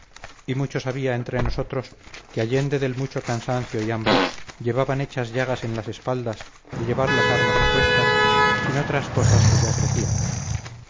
y muchos había entre nosotros que allende del mucho cansancio y hambre llevaban hechas llagas en las espaldas de llevar las armas a cuestas sin otras cosas que se ofrecían